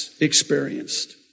experienced